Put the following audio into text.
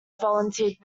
volunteered